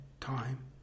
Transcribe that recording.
time